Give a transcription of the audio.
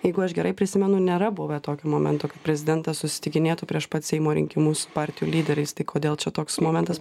jeigu aš gerai prisimenu nėra buvę tokio momento kai prezidentas susitikinėtų prieš pat seimo rinkimus su partijų lyderiais tai kodėl čia toks momentas